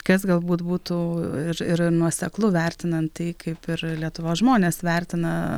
kas galbūt būtų ir ir nuoseklu vertinant tai kaip ir lietuvos žmonės vertina